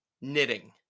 knitting